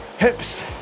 hips